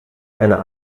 einer